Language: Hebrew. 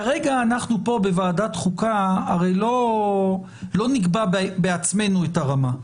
כרגע אנחנו פה בוועדת חוקה הרי לא נקבע בעצמנו את הרמה,